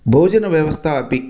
भोजनव्यवस्था अपि